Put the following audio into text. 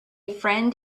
friend